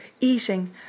eating